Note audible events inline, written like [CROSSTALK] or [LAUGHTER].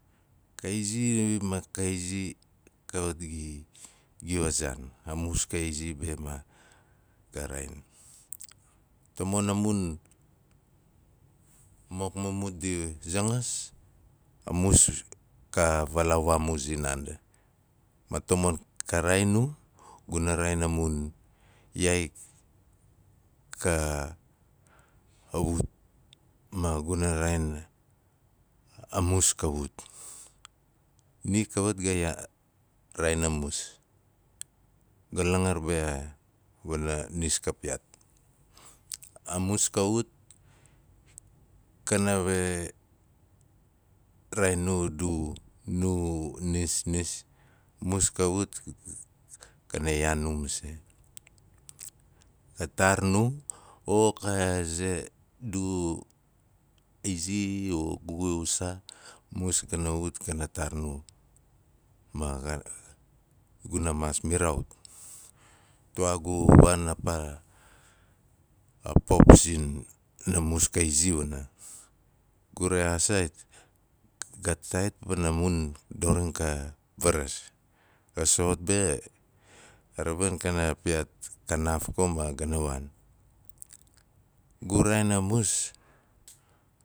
Ka izi kawit di giu a zaan a mus ka izi be ma ga raain. Tomon a mun mok mumut dia zangas, a mus ka vaalaau vaamu zin naandi ma tamon ka raain nu, guna raain a mun yaai ka ut ma guna raain a mus ka wut ni kawat ga yaa- ga raain a mus, ga langur be wana nis ka piyaat. A mus ka ut kana we, raain nu du nu nis, nis, mus ka ut k- k- kana yaan nu mase, ka taar nu o ka ze du izi a gu zaa, mus kana wut kana taar nu, ma xa- guna maas miraaut. Tuwaa gu [NOISE] waan a paa [NOISE] a pop sina mus ka izi wana, gu rexaas saait? Ga taait pana mun doring ka varas, ga soxot be a ravin kana piyaat kanaaf ko ma gana waan. Gu raain a mus.